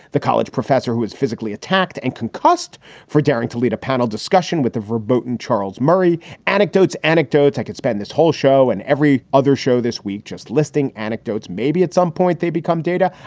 the college professor, who was physically attacked and concussed for daring to lead a panel discussion with the verboten charles murray anecdotes, anecdotes. i could spend this whole show and every other show this week just listing anecdotes. maybe at some point they become data.